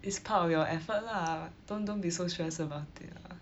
it's part of your effort lah don't don't be so stressed about it lah